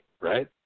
right